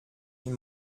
ihm